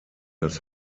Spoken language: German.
das